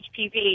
HPV